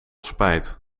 spijt